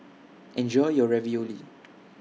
Enjoy your Ravioli